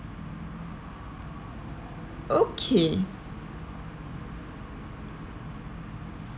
okay